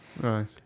Right